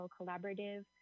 collaborative